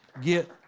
Get